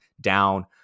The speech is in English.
down